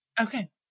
Okay